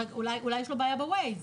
אולי יש לו בעיה ב-Waze,